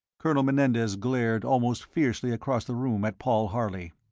colonel menendez glared almost fiercely across the room at paul harley.